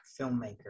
filmmaker